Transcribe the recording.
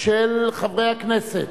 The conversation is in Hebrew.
של חברי הכנסת: